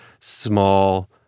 small